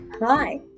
Hi